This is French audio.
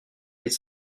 les